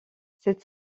cette